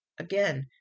Again